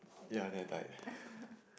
ya then I died